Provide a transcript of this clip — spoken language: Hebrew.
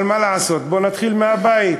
אבל מה לעשות, בואו נתחיל מהבית.